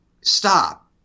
stop